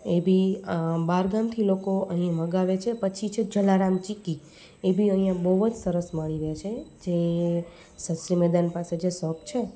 એબી બહારગામથી લોકો અહીં મંગાવે છે પછી છે જલારામ ચીકી એબી અહીંયા બહુ જ સરસ મળી રહે છે જે શાસ્ત્રી મેદાન પાસે જે શોપ છે